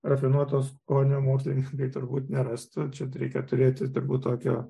rafinuotos o ne moterys tai turbūt nerastų čia reikia turėti turbūt tokio